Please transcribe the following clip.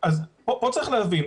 פה צריך להבין.